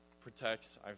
protects